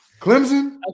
Clemson